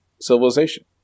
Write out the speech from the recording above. civilization